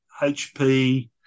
HP